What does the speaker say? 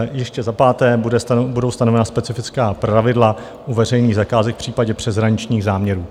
Ještě za páté budou stanovena specifická pravidla u veřejných zakázek v případě přeshraničních záměrů.